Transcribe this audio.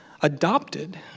adopted